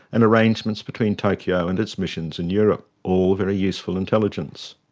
and arrangements between tokyo and its missions in europe. all very useful intelligence.